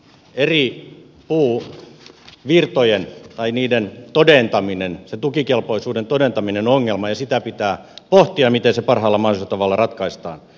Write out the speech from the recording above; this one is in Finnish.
byrokratian lisääntyminen metsässä eri puuvirtojen todentaminen se tukikelpoisuuden todentaminen on ongelma ja sitä pitää pohtia miten se parhaalla mahdollisella tavalla ratkaistaan